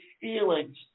feelings